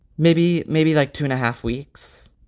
maybe. maybe like two and a half weeks.